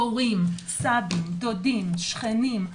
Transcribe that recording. הורים, סבים, דודים, שכנים.